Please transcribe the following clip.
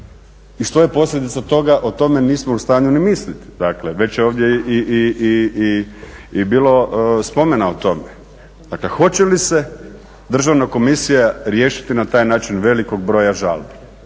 I što je posljedica toga? O tome nismo u stanju ni misliti, već je ovdje i bilo spomena o tome. Dakle, hoće li se Državna komisija riješiti na taj način velikog broja žalbi?